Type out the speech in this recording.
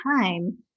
time